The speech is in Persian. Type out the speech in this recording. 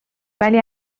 ولی